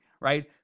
right